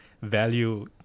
value